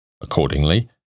Accordingly